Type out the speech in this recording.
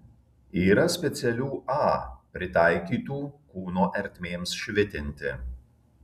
yra specialių a pritaikytų kūno ertmėms švitinti